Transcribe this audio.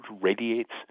radiates